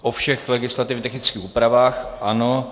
O všech legislativně technických úpravách, ano.